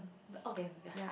but okay we will